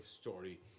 story